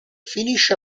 finisce